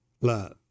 Love